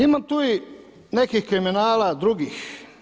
Ima tu i nekih kriminala drugih.